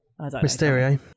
Mysterio